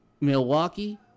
Milwaukee